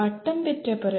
பட்டம் பெற்ற பிறகு